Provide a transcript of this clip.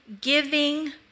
giving